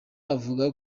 avuga